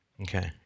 okay